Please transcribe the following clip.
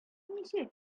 ничек